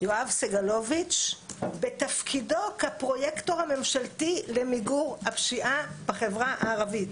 יואב סגלוביץ' בתפקידו כפרויקטור הממשלתי למיגור הפשיעה בחברה הערבית.